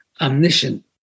omniscient